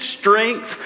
strength